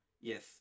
Yes